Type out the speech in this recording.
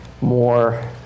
more